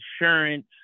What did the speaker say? insurance